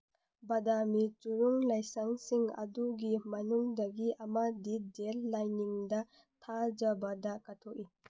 ꯕꯗꯥꯃꯤ ꯆꯨꯔꯨꯡ ꯂꯥꯏꯁꯪꯁꯤꯡ ꯑꯗꯨꯒꯤ ꯃꯅꯨꯡꯗꯒꯤ ꯑꯃꯗꯤ ꯖꯦꯟ ꯂꯥꯏꯅꯤꯡꯗ ꯊꯥꯖꯕꯗ ꯀꯠꯊꯣꯛꯏ